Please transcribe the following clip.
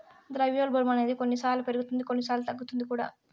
ద్రవ్యోల్బణం అనేది కొన్నిసార్లు పెరుగుతుంది కొన్నిసార్లు తగ్గుతుంది కూడా